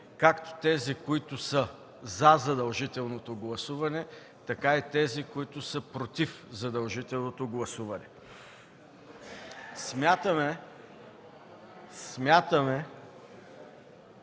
както с тези, които са „за” задължителното гласуване, така и с тези, които са „против” задължителното гласуване. Смятаме, че